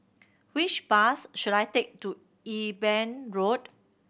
which bus should I take to Eben Road